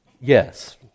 Yes